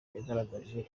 yagaragaje